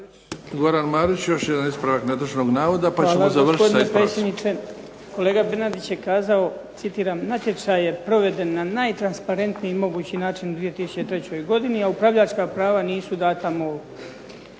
Goran Marić još jedan ispravak netočnog navoda pa ćemo završiti sa ispravcima.